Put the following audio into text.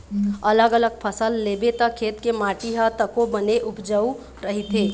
अलग अलग फसल लेबे त खेत के माटी ह तको बने उपजऊ रहिथे